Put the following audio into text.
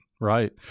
right